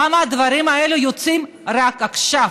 למה הדברים האלה יוצאים רק עכשיו?